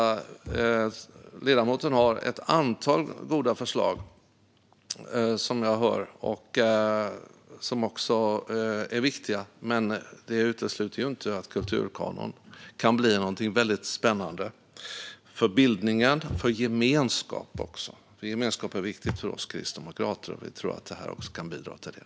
Jag hör att ledamoten har ett antal goda förslag som också är viktiga, men det utesluter inte att kulturkanon kan bli någonting väldigt spännande för bildningen och för gemenskapen. Gemenskap är viktigt för oss kristdemokrater, och vi tror att detta också kan bidra till det.